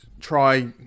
try